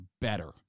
better